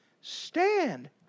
Stand